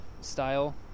style